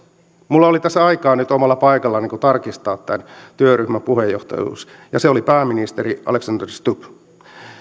minulla oli tässä aikaa nyt omalla paikallani tarkistaa tämän työryhmän puheenjohtajuus ja se oli pääministeri alexander stubbilla